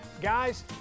Guys